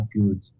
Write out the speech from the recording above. good